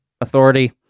authority